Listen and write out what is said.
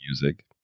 music